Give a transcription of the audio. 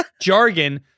jargon